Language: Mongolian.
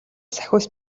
сахиус